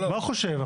מה הוא חושב?